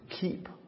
keep